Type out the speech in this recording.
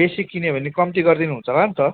बेसी किन्यो भने कम्ती गरिदिनुहुन्छ होला नि त